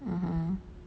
(uh huh)